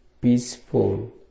peaceful